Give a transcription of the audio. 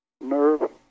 nerve